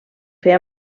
fer